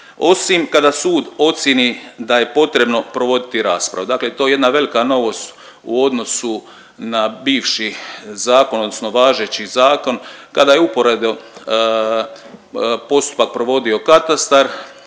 osim kada sud ocijeni da je potrebno provoditi raspravu. Dakle, to je jedna velika novost u odnosu na bivši zakon, odnosno važeći zakon kada je uporedo postupak provodio katastar,